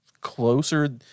closer